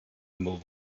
move